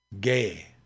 gay